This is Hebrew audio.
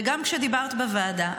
וגם כשדיברת בוועדה,